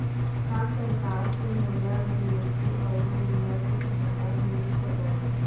का सरकार से मोला डी.ए.पी अऊ यूरिया के सहायता मिलिस सकत हे?